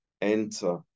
enter